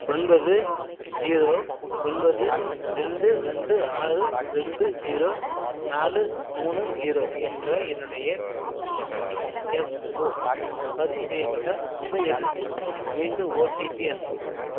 ஒன்பது ஜீரோ ஒன்பது ரெண்டு ரெண்டு ஆறு ரெண்டு ஜீரோ நாலு மூணு ஜீரோ என்ற என்னுடைய இபிஎஃப்ஓ பதிவு செய்யப்பட்ட மொபைல் எண்ணுக்கு மீண்டும் ஓடிபி அனுப்பவும்